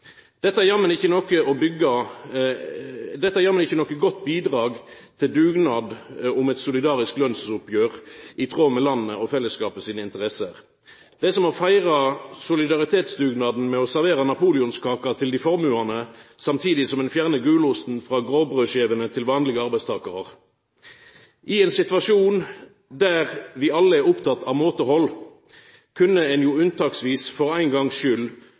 Dette er jammen ikkje noko godt bidrag til dugnad om eit solidarisk lønsoppgjer i tråd med landet og fellesskapet sine interesser. Det er som å feira solidaritetsdugnaden med å servera napoleonskake til dei velhaldne, samtidig som ein fjernar gulosten frå grovbrødskivene til vanlege arbeidstakarar. I ein situasjon der vi alle er opptekne av måtehald, kunne ein jo unntaksvis for ein